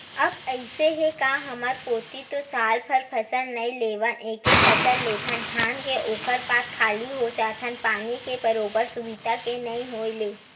अब अइसे हे गा हमर कोती तो सालभर फसल नइ लेवन एके फसल लेथन धान के ओखर बाद खाली हो जाथन पानी के बरोबर सुबिधा के नइ होय ले